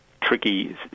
tricky